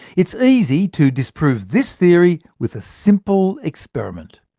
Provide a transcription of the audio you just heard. it's easy to disprove this theory with a simple experiment.